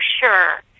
sure